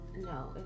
no